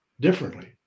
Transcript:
differently